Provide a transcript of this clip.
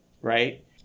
Right